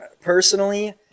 Personally